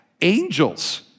angels